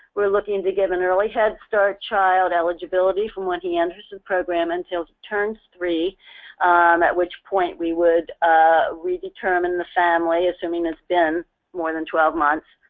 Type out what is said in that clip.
we're looking to give an early head start child eligibility from when he enters the and program until he turns three at which point we would ah redetermine the family, assuming it's been more than twelve months,